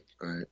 right